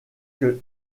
que